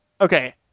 okay